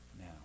now